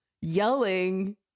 yelling